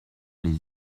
les